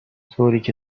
طوریکه